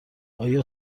آیا